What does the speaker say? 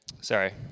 Sorry